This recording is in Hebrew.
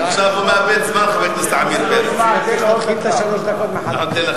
עכשיו הוא מאבד את הזמן, חבר הכנסת עמיר פרץ.